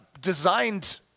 designed